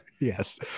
Yes